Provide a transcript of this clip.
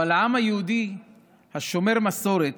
אבל לעם היהודי השומר מסורת